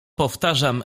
powtarzam